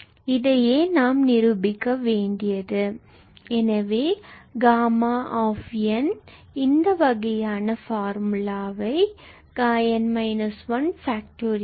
இதையே நாம் நிரூபிக்க வேண்டியது எனவே Γ𝑛 இந்த வகையான பார்முலாவை 𝑛−1